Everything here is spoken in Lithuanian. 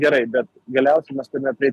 gerai bet galiausiai mes turime prieit